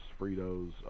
Fritos